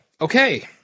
Okay